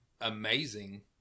amazing